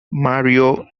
mario